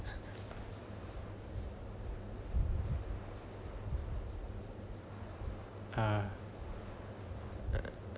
ah err